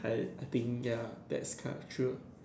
I I think ya that's quite true